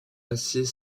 acier